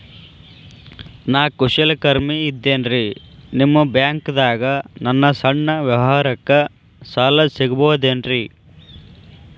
ನಾ ಕುಶಲಕರ್ಮಿ ಇದ್ದೇನ್ರಿ ನಿಮ್ಮ ಬ್ಯಾಂಕ್ ದಾಗ ನನ್ನ ಸಣ್ಣ ವ್ಯವಹಾರಕ್ಕ ಸಾಲ ಸಿಗಬಹುದೇನ್ರಿ?